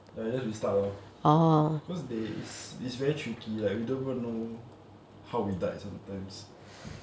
like we just restart lor cause they is is very tricky like we don't even know how we died sometimes